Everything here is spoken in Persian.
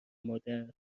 مادر